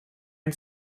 and